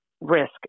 risk